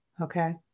okay